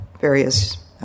various